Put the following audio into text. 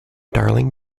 darling